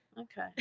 Okay